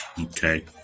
Okay